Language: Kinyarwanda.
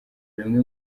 bimwe